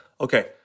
Okay